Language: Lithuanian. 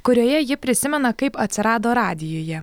kurioje ji prisimena kaip atsirado radijuje